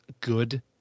good